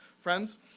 Friends